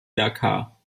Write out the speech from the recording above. dakar